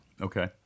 Okay